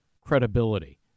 credibility